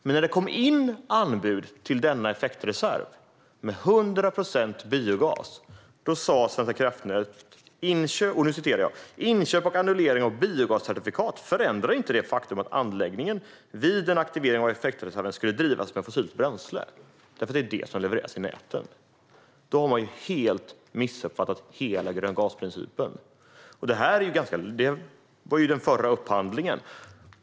Men när det kom in anbud till denna effektreserv med 100 procent biogas sa Svenska kraftnät: Inköp och annullering av biogascertifikat förändrar inte det faktum att anläggningen vid en aktivering av effektreserven skulle drivas med fossilt bränsle, för det är det som levereras i näten. Då har man totalt missuppfattat hela grön-gas-principen. Detta skedde under den förra upphandlingen.